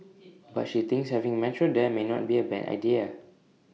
but she thinks having metro there may not be A bad idea